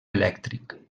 elèctric